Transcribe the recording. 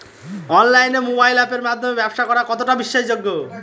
অনলাইনে মোবাইল আপের মাধ্যমে ব্যাবসা করা কতটা বিশ্বাসযোগ্য?